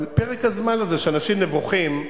אבל פרק הזמן הזה, שאנשים נבוכים,